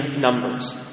numbers